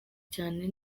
cyane